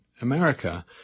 America